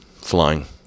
flying